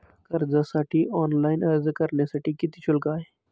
कर्जासाठी ऑनलाइन अर्ज करण्यासाठी किती शुल्क आहे?